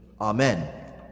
Amen